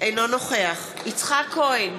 אינו נוכח יצחק כהן,